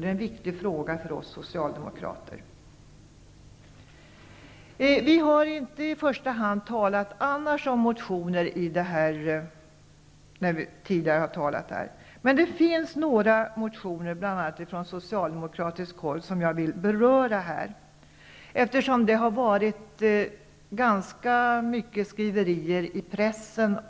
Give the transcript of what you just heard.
den är viktig för oss socialdemokrater. Vi har i debatten inte i första hand talat om motioner. Men det finns några motioner, bl.a. från socialdemokratiskt håll, som jag vill beröra, eftersom det har varit ganska mycket skriverier i pressen.